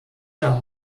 der